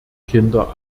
kinder